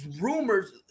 rumors